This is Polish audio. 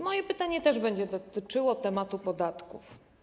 Moje pytanie też będzie dotyczyło tematu podatków.